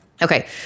Okay